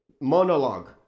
monologue